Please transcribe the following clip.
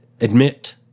admit